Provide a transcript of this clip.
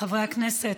חברי הכנסת,